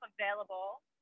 available